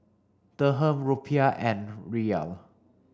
Dirham Rupiah and Riyal